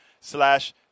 slash